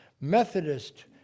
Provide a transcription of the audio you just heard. Methodist